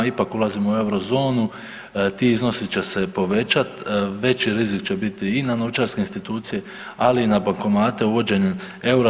Ipak ulazimo u Eurozonu, ti iznosi će se povećat, veći rizik će biti i na novčarske institucije, ali i na bankomate uvođenjem eura.